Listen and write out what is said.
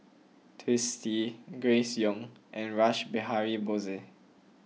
Twisstii Grace Young and Rash Behari Bose